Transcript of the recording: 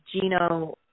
Gino